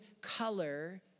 color